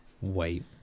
wait